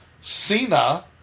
Cena